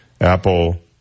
Apple